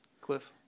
Cliff